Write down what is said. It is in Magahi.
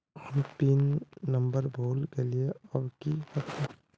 हम पिन नंबर भूल गलिऐ अब की होते?